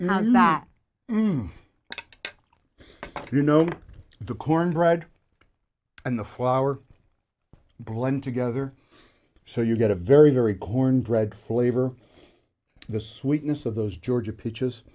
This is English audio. now not you know the cornbread and the flower blend together so you get a very very cornbread flavor the sweetness of those georgia peaches